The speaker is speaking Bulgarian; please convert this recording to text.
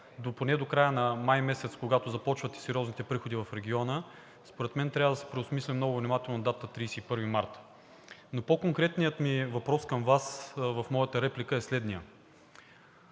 поне до края на май месец, когато започват и сериозните приходи в региона, според мен трябва много внимателно да се преосмисли датата 31 март. По-конкретният ми въпрос към Вас в моята реплика е следният: